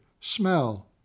smell